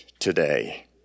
today